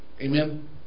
Amen